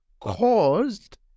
caused